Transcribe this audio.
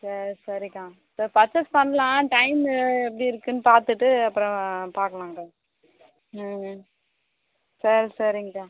சரி சரிக்கா இப்போ பர்ச்சேஸ் பண்ணலாம் டைம்மு எப்படி இருக்குதுன்னு பார்த்துட்டு அப்புறம் பார்க்கலாம்க்கா ம் சரி சரிங்கக்கா